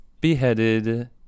beheaded